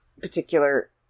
particular